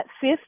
fifth